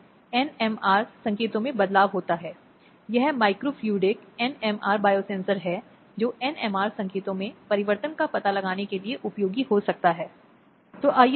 इसलिए ऐसे कई न्यायिक फैसले हुए हैं जो उम्र के साथ या वर्षों में आए हैं जिसने इस तथ्य पर व्यक्ति के व्यक्तित्व पर जोर देने के लिए लगातार प्रयास किया है